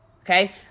okay